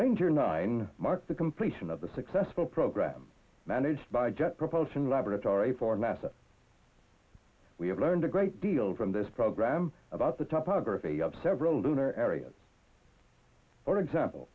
ranger nine marked the completion of the successful program managed by jet propulsion laboratory for nasa we have learned a great deal from this program about the type of earth a of several lunar areas for example